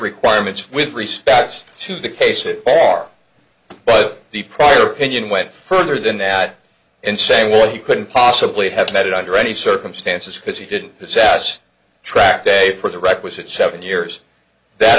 requirements with respect to the cases bar but the prior opinion went further than that in saying well you couldn't possibly have made it under any circumstances because he didn't sass trackday for the requisite seven years that